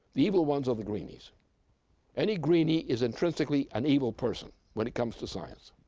the evil ones are the greenies any greenie is intrinsically an evil person, when it comes to science.